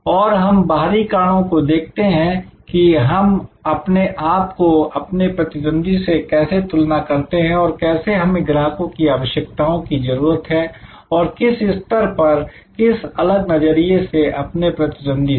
और हम बाहरी कारणों को देखते हैं की हम अपने आप को अपने प्रतिद्वंदी से कैसे तुलना करते हैं और कैसे हमें ग्राहकों की आवश्यकताओं की जरूरत है और किस स्तर पर किस अलग नजरिए से अपने प्रतिद्वंदी से